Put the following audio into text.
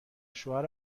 شوهر